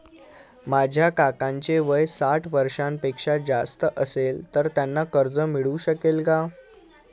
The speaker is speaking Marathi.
माझ्या काकांचे वय साठ वर्षांपेक्षा जास्त असेल तर त्यांना कर्ज मिळू शकेल का?